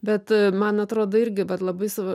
bet man atrodo irgi vat labai sva